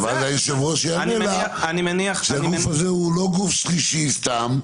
ואז היושב-ראש יענה שהגוף הזה הוא לא גוף שלישי סתם,